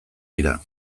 dira